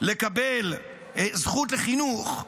לקבל את הזכות לחינוך,